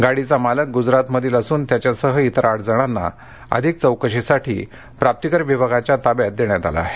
गाडीचा मालक गुजरातमधील असून त्याच्यासह इतर आठ जणांना अधिक चौकशीसाठी प्राप्ती कर विभागाच्या ताब्यात देण्यात आलं आहे